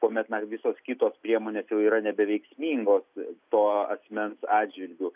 kuomet na visos kitos priemonės jau yra nebeveiksmingos to asmens atžvilgiu